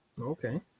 Okay